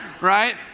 right